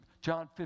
John